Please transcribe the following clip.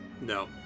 no